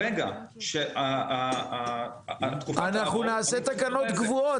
ברגע שהתקופה תעבור --- אנחנו נעשה תקנות קבועות.